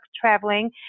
traveling